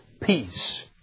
peace